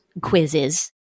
quizzes